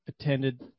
attended